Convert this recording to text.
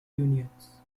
unions